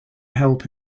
help